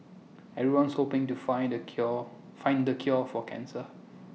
everyone's hoping to find the cure find the cure for cancer